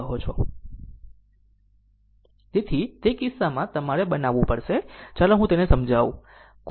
તેથી તે કિસ્સામાં તમારે બનાવવું પડશે ચાલો હું તેને સમજાવું